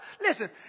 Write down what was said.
Listen